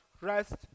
rest